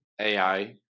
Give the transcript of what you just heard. AI